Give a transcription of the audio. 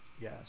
Yes